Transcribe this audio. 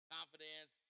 Confidence